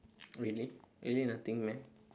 really really nothing meh